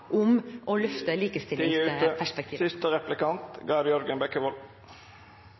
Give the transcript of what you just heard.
om å løfte